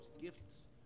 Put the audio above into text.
gifts